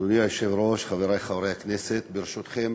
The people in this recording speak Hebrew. אדוני היושב-ראש, חברי חברי הכנסת, ברשותכם,